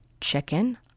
chicken